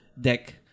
deck